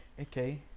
okay